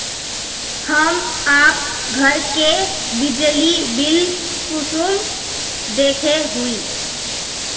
हम आप घर के बिजली बिल कुंसम देखे हुई?